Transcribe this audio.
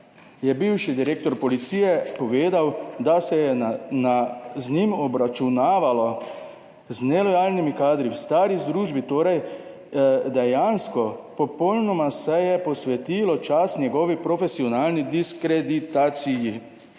je bivši direktor policije povedal, da se je z njim obračunavalo, z nelojalnimi kadri, v stari družbi torej, dejansko se je popolnoma posvetilo čas njegovi profesionalni diskreditaciji.